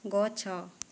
ଗଛ